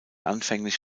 anfänglich